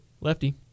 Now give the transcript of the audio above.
Lefty